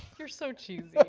you're so cheesy.